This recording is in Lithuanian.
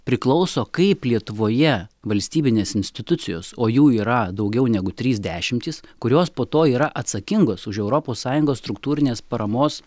priklauso kaip lietuvoje valstybinės institucijos o jų yra daugiau negu trys dešimtys kurios po to yra atsakingos už europos sąjungos struktūrinės paramos